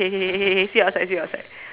K K K K K see you outside see you outside